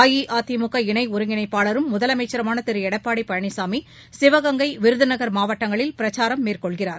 அஇஅதிமுக இணை ஒருங்கிணைப்பாளரும் முதலமைச்சருமான திரு எடப்பாடி பழனிசாமி சிவகங்கை விருதுநகர் மாவட்டங்களில் பிரச்சாரம் மேற்கொள்கிறார்